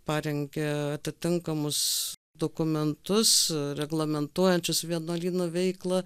parengė atitinkamus dokumentus reglamentuojančius vienuolynų veiklą